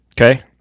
Okay